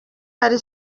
hari